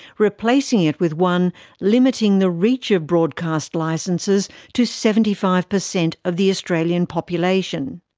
replacing it with one limiting the reach of broadcast licenses to seventy five percent of the australian population.